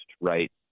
right